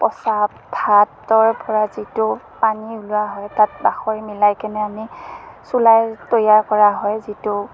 পঁচা ভাতৰ পৰা যিটো পানী ওলোৱা হয় তাত বাখৰ মিলাই কেনে আমি চুলাই তৈয়াৰ কৰা হয় যিটো